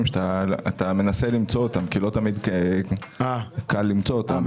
שאתה מנסה למצוא אותם ולא תמיד קל למצוא אותם.